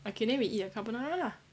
okay then we eat the carbonara lah